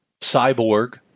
Cyborg